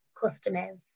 customers